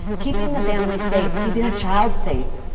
keeping the family safe, keeping a child safe,